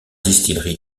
distillerie